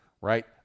right